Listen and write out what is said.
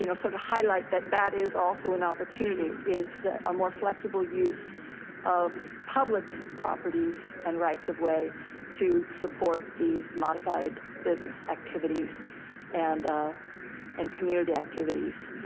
you know sort of highlight that that is also an opportunity, is a ah more flexible use of public properties and rights of way to support these modified business activities and ah and community activities.